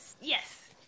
yes